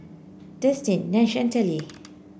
Destin Nash and Telly